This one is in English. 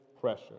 pressure